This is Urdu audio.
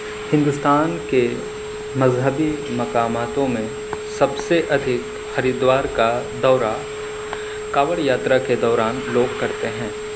ہندوستان کے مذہبی مقاماتوں میں سب سے ادھک ہریدوار کا دورہ کانوڑ یاترا کے دوران لوگ کرتے ہیں